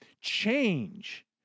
change